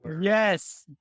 Yes